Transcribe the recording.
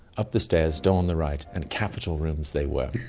up the stairs, door on the right, and capital rooms they were.